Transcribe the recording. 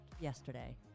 Yesterday